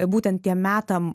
būtent tiem metam